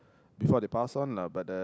before they pass on lah but the